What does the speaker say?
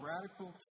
radical